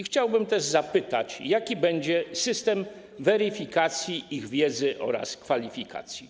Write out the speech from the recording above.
Chciałbym też zapytać, jaki będzie system weryfikacji ich wiedzy oraz kwalifikacji.